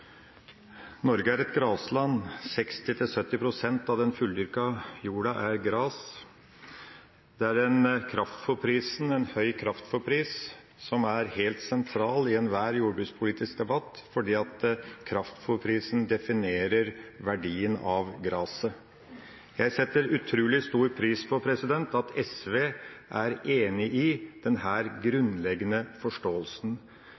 Norge er et grasland, 60–70 pst. av den fulldyrkede jorda er gras, og kraftfôrprisen, en høy kraftfôrpris, er helt sentral i enhver jordbrukspolitisk debatt, fordi kraftfôrprisen definerer verdien av graset. Jeg setter utrolig stor pris på at SV er enig i denne grunnleggende forståelsen.